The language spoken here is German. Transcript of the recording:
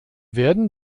werden